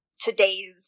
today's